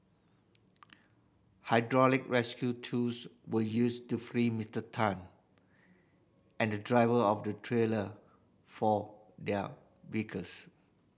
hydraulic rescue tools were used to free Mister Tan and the driver of the trailer from their vehicles